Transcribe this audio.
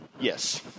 Yes